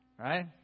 Right